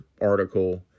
article